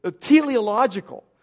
teleological